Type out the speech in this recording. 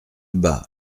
bats